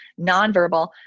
nonverbal